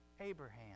Abraham